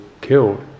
killed